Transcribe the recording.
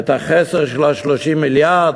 חסר של 30 מיליארד,